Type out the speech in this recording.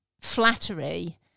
flattery